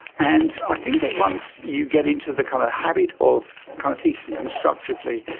and i think that once you get into the kind of habit of kind of thinking constructively,